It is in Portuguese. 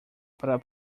para